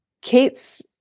Kate's